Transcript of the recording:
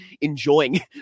enjoying